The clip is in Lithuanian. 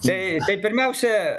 tai tai pirmiausia